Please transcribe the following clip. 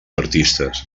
artistes